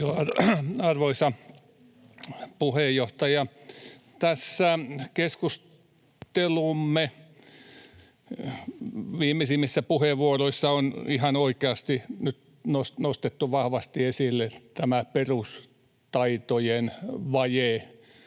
Arvoisa puheenjohtaja! Tässä keskustelumme viimeisimmissä puheenvuoroissa on ihan oikeasti nyt nostettu vahvasti esille tämä perustaitojen vaje,